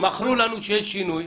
מכרו לנו שיהיה שינוי.